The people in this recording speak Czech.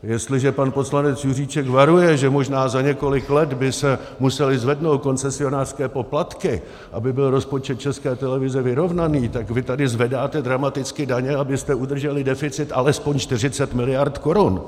Jestliže pan poslanec Juříček varuje, že možná za několik let by se musely zvednout koncesionářské poplatky, aby byl rozpočet České televize vyrovnaný, tak vy tady zvedáte dramaticky daně, abyste udrželi deficit alespoň 40 miliard korun.